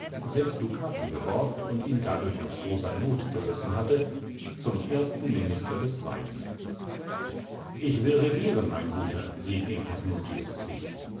sechs dukaten geborgt und ihn dadurch aus großer not gerissen hatte zum ersten minister des reichs ich will regieren mein guter rief ihm paphnutius zu